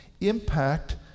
impact